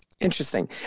Interesting